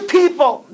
people